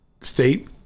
State